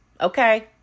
Okay